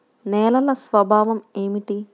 నేలల స్వభావం ఏమిటీ?